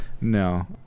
no